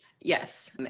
yes